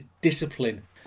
Discipline